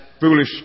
foolish